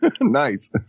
Nice